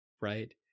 Right